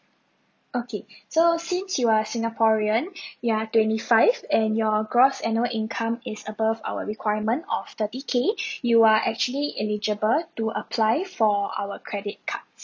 okay so since you are singaporean you are twenty five and your gross annual income is above our requirement of thirty K you are actually eligible to apply for our credit cards